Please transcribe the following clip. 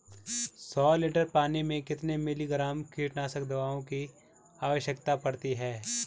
सौ लीटर पानी में कितने मिलीग्राम कीटनाशक दवाओं की आवश्यकता पड़ती है?